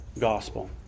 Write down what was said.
Gospel